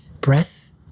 breath